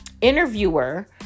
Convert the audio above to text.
interviewer